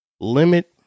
limit